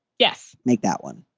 yes, make that one.